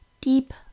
deep